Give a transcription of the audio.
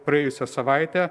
praėjusią savaitę